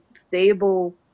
stable